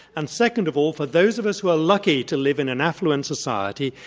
and second of all, for those of us who are lucky to live in an affluent society,